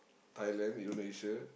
Thailand Indonesia